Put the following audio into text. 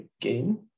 again